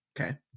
Okay